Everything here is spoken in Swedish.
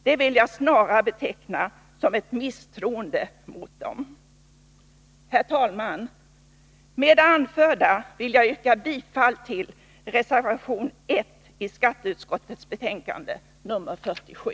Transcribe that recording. Det vill jag snarare beteckna som ett misstroende mot dem. Herr talman! Med det anförda vill jag yrka bifall till reservation 1 vid skatteutskottets betänkande nr 47.